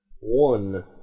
one